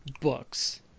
books